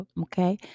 Okay